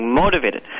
motivated